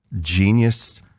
genius